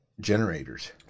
generators